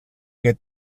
que